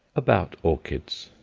about orchids.